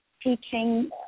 teaching